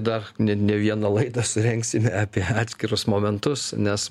dar ne ne vieną laidą surengsime apie atskirus momentus nes